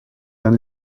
down